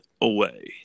away